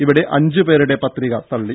ഇവിടെ അഞ്ചു പേരുടെ പത്രിക തള്ളി